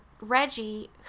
Reggie